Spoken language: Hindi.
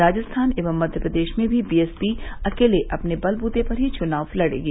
राजस्थान व मध्यप्रदेश में भी बीएसपी अकेले अपने बलबूते पर ही चुनाव लड़ेगी